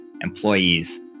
employees